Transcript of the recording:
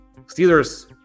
Steeler's